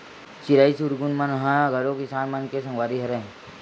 चिरई चिरगुन मन ह घलो किसान मन के संगवारी हरय